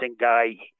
guy